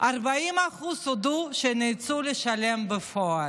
40% מהם הודו שהם נאלצו לשלם בפועל.